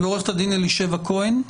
ועורכת הדין אלישבע כהן,